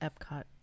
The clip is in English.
epcot